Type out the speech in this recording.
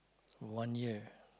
one year